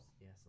yes